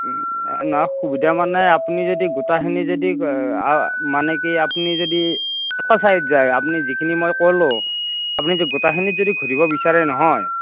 নহয় সুবিধা মানে আপুনি যদি গোটেইখিনি যদি মানে কি আপুনি যদি চাইড যায় আপুনি যিখিনি মই ক'লো আপুনি যদি গোটেইখিনি যদি ঘূৰিব বিচাৰে নহয়